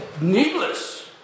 needless